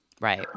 Right